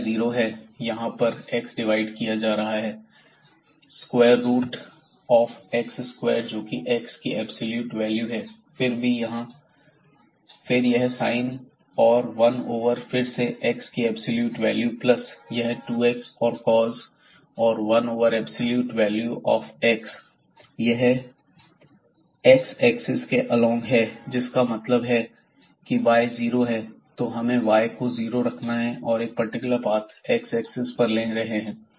y zero है यहां पर x डिवाइड किया जा रहा है square root of x square जोकि एक्स की एब्सलूट वैल्यू है फिर यह साइन और 1 ओवर फिर से x की एब्सलूट वैल्यू प्लस यह 2x और cos और 1 over absolute value of x यह x एक्सिस के अलौंग है जिसका मतलब है की y 0 है तो हमें y को ज़ीरो रखना है हम एक पर्टिकुलर पाथ x एक्सिस पर ले रहे हैं